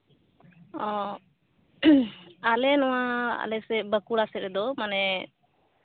ᱚᱻ ᱟᱞᱮ ᱱᱚᱣᱟ ᱟᱞᱮ ᱥᱮᱫ ᱵᱟᱸᱠᱩᱲᱟ ᱥᱮᱫ ᱨᱮᱫᱚ ᱢᱟᱱᱮ